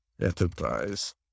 enterprise